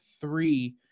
three